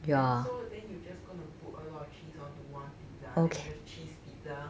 so then you just gonna put a lot of cheese onto one pizza then just cheese pizza